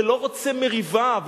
ולא רוצה מריבה,